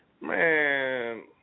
man